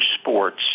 sports